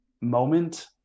moment